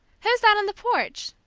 who's that on the porch?